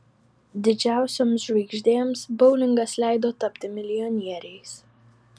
didžiausioms žvaigždėms boulingas leido tapti milijonieriais